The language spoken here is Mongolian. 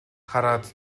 харахад